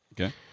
Okay